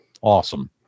awesome